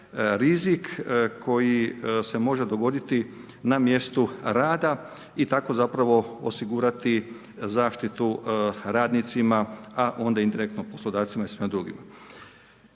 rizik koji se može dogoditi na mjestu rada i tako zapravo osigurati zaštitu radnicima, a onda indirektno poslodavcima i svima drugima.